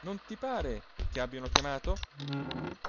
non ti pare che abbiano chiamato